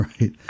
right